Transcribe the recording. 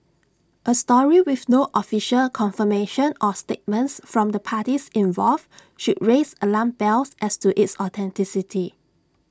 A story with no official confirmation or statements from the parties involved should raise alarm bells as to its authenticity